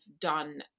done